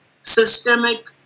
systemic